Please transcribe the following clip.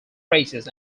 races